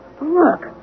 Look